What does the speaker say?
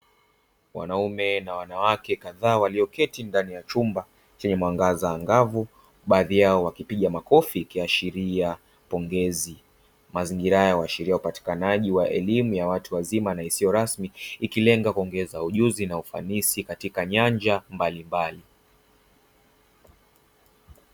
Wanaume na wanawake kadhaa walioketi ndani ya chumba chenye mwangaza angavu, baadhi yao wakipiga makofi kuashiria pongezi. Mazingira haya huashiria upatikanaji wa elimu ya watu wazima na isiyo rasmi, ikilenga kuongeza ujuzi na ufanisi katika nyanja mbalimbali.